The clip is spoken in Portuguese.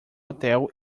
hotel